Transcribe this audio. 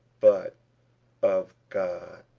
but of god.